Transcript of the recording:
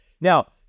Now